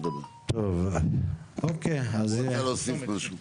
הוא רוצה להוסיף משהו.